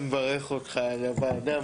אני מברך אותך על הוועדה,